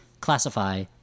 classify